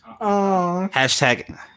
hashtag